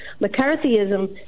McCarthyism